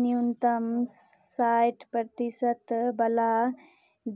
न्यूनतम साठि प्रतिशतवला